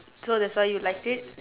so that's why you liked it